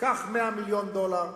קח 100 מיליון דולר,